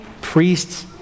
priests